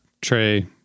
tray